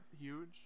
huge